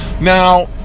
Now